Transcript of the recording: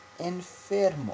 enfermo